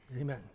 Amen